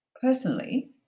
Personally